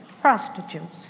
prostitutes